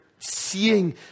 seeing